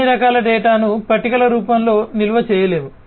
అన్ని రకాల డేటాను పట్టికల రూపంలో నిల్వ చేయలేము